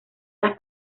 las